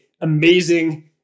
amazing